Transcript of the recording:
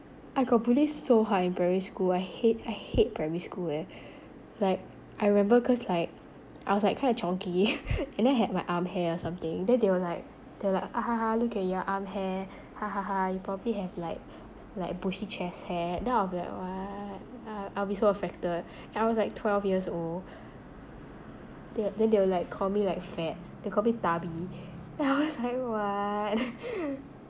I got bullied so hard in primary school I hate I hate primary school eh like I remember cause like I was like kinda chonky and then I had like arm hair or something then they were like they were like ahaha look at your arm hair hahaha you probably have like like bushy chest hair then I'll be like what I I'll be so affected and I was like twelve years old th~ then they will call me like fat they'll call me tummy then I was like what